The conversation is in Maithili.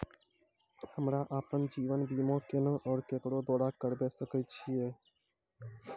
हमरा आपन जीवन बीमा केना और केकरो द्वारा करबै सकै छिये?